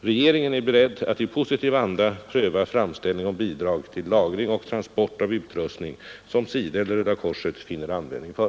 Regeringen är beredd att i Positiv anda pröva framställning om bidrag till lagring och transport av utrustning som SIDA eller Röda korset finner användning för.